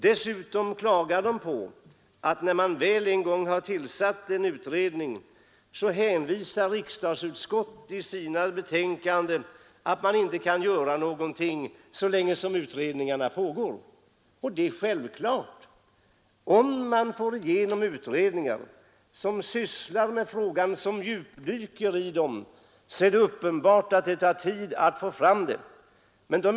Dessutom klagar de på att, när en utredning väl är tillsatt, riksdagsutskotten i sina betänkanden hänvisar till att de inte kan göra någonting så länge utredningarna arbetar. Och om man får igenom krav på utredningar, som sysslar med frågorna, som djupdyker i dem, är det uppenbart att det tar tid att få fram resultat.